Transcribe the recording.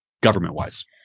government-wise